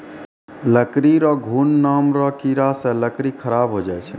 लकड़ी रो घुन नाम रो कीड़ा से लकड़ी खराब होय जाय छै